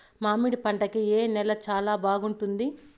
మామిడి పంట కి ఏ నేల చానా బాగుంటుంది